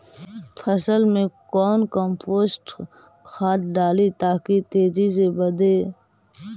फसल मे कौन कम्पोस्ट खाद डाली ताकि तेजी से बदे?